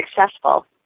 successful